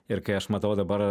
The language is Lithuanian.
ir kai aš matau dabar